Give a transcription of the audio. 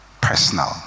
Personal